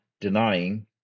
denying